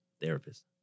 Therapist